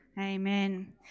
Amen